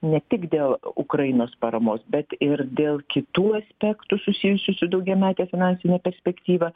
ne tik dėl ukrainos paramos bet ir dėl kitų aspektų susijusių su daugiamete finansine perspektyva